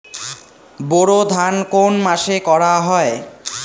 বোরো ধান কোন মাসে করা হয়?